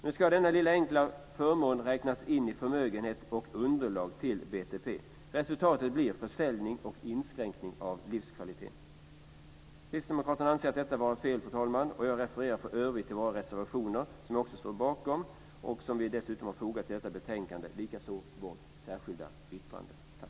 Nu ska denna lilla enkla förmån räknas in i förmögenhet och underlag till BTP. Resultatet blir försäljning och inskränkning av livskvaliteten. Kristdemokraterna anser det är fel, fru talman. Jag refererar i övrigt till våra reservationer, som jag också står bakom, och som vi dessutom har fogat till detta betänkande, och likaså vårt särskilda yttrande.